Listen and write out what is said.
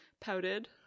pouted